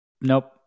Nope